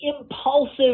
impulsive